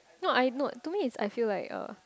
no I no to me I feel like uh